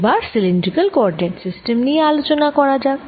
এবার cylindrical coordinate system নিয়ে আলোচনা করা যাক